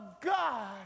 God